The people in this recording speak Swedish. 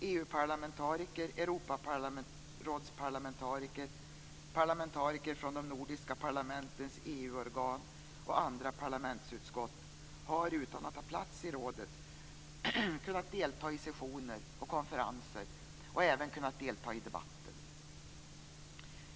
EU parlamentariker, Europarådsparlamentariker, parlamentariker från de nordiska parlamentens EU-organ och andra parlamentsutskott har, utan att ha plats i rådet, kunnat delta i sessioner och konferenser och har även kunnat delta i debatten.